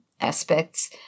aspects